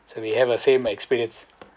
so we have a same experience